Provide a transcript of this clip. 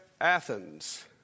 Athens